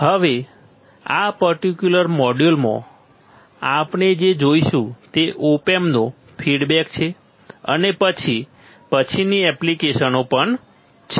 હવે આ પર્ટિક્યુલર મોડ્યુલમાં આપણે જે જોઈશું તે ઓપ એમ્પ્સનો ફીડબેક છે અને પછીની એપ્લિકેશનો પણ છે